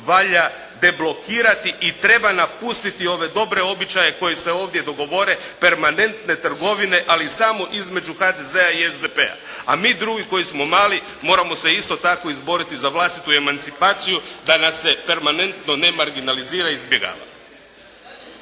valja deblokirati i treba napustiti ove dobre običaje koji se ovdje dogovore, permanentne trgovine, ali samo između HDZ-a i SDP-a. A mi drugi koji smo mali moramo se, isto tako, izboriti za vlastitu emancipaciju da nas se permanentno ne marginalizira i izbjegava.